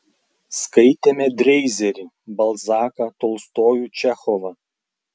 skaitėme dreizerį balzaką tolstojų čechovą